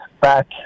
Back